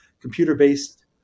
computer-based